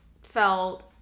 felt